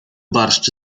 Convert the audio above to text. barszcz